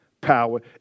power